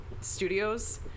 studios